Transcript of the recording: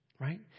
right